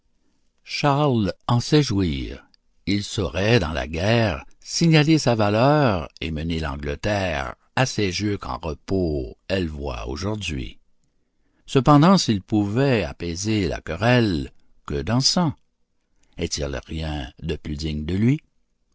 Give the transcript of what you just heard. charles en sait jouir il saurait dans la guerre signaler sa valeur et mener l'angleterre à ces jeux qu'en repos elle voit aujourd'hui cependant s'il pouvait apaiser la querelle que d'encens est-il rien de plus digne de lui